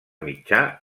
mitjà